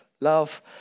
love